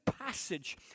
passage